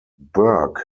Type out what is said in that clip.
burke